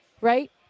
right